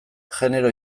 genero